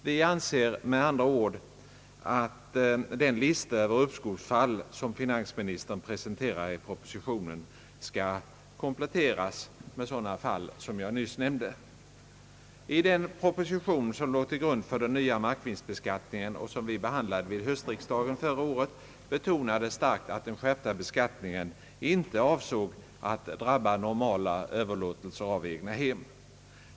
Vi anser med andra ord att den lista över uppskovsfall, som finansministern presenterar i propositionen, skall kompletteras med sådana fall som jag nyss nämnde. I den proposition som låg till grund för den nya markvinstbeskattningen och som vi behandlade vid höstriksdagen förra året betonades starkt, att den skärpta beskattningen inte avsåg att drabba normala överlåtelser av egnahem.